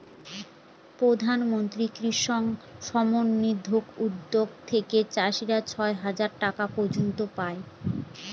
প্রধান মন্ত্রী কিষান সম্মান নিধি উদ্যাগ থেকে চাষীরা ছয় হাজার টাকা পর্য়ন্ত পাই